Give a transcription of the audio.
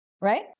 right